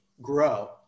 grow